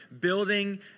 building